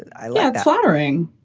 i love flattering.